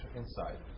inside